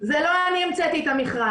זה לא אני המצאתי את המכרז.